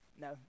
No